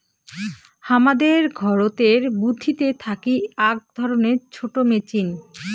হামাদের ঘরতের বুথিতে থাকি আক ধরণের ছোট মেচিন